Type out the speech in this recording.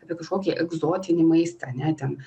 apie kažkokį egzotinį maistą ane ten